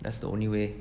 that's the only way